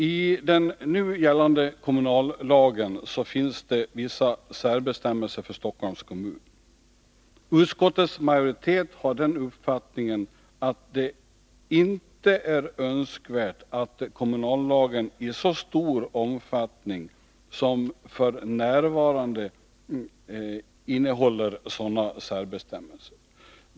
I den nu gällande kommunallagen finns det vissa särbestämmelser för Stockholms kommun. Utskottets majoritet har den uppfattningen att det inte är önskvärt att kommunallagen i så stor omfattning som f.n. innehåller sådana särbestämmelser.